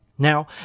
Now